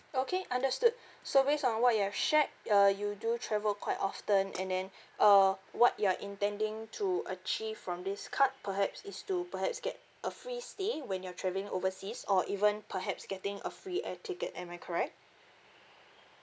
okay understood so based on what you have shared uh you do travel quite often and then uh what you are intending to achieve from this card perhaps is to perhaps get a free stay when you are travelling overseas or even perhaps getting a free air ticket am I correct